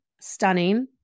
stunning